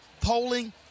polling